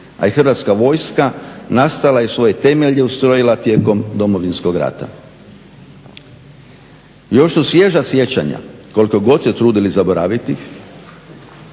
a i Hrvatska vojska nastala je i svoje temelje ustrojila tijekom Domovinskog rata. Još su svježa sjećanja, koliko god se trudili zaboraviti,